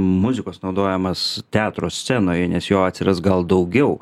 muzikos naudojimas teatro scenoje nes jo atsiras gal daugiau